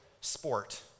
sport